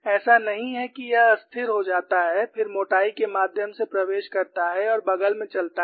ऐसा नहीं है कि यह अस्थिर हो जाता है और फिर मोटाई के माध्यम से प्रवेश करता है और बग़ल में चलता है